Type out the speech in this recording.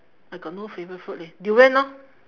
I got no favourite fruit leh durian lor